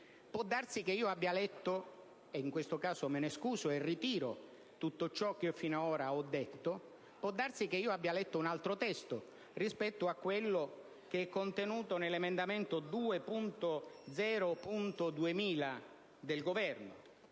può darsi che io abbia letto (e in questo caso me ne scuso e ritiro tutto ciò che finora ho detto) un altro testo rispetto a quello che è contenuto nell'emendamento 2.0.2000 del Governo.